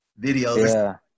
videos